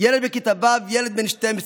ילד בן 12,